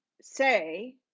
say